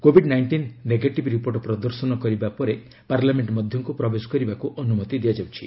Covid nineteen negative report ପ୍ରଦର୍ଶନ କରିବା ପରେ ପାର୍ଲାମେଣ୍ଟ ମଧ୍ୟକୁ ପ୍ରବେଶ କରିବାକୁ ଅନୁମତି ଦିଆଯାଉଛି